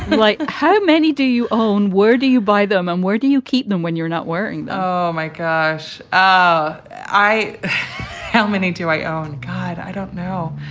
like how many do you own? where do you buy them and where do you keep them when you're not wearing? oh, my gosh. ah i how many do i own guide? i don't know.